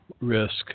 risk